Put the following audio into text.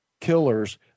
killers